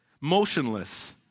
motionless